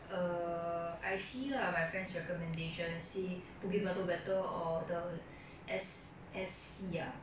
err I see lah my friend's recommendation say bukit batok better or the S_S_C ah